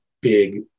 big